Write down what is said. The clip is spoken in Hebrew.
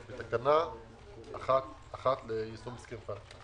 על תקנה 1 ליישום הסכם פטקא.